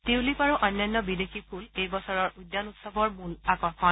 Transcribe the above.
tulip আৰু অন্যান্য বিদেশী ফুল এই বছৰৰ উদ্যান উৎসৱৰ মূল আকৰ্ষণ